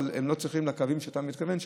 אבל הם לא צריכים את הקווים שאתה מתכוון אליהם,